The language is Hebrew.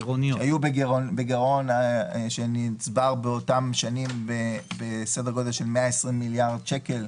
הן היו בגירעון שנצבר באותן שנים בסדר גודל של 120 מיליארד שקל,